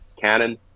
Cannon